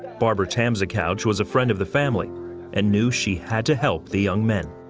barbara tamzicouch was a friend of the family and knew she had to help the young men.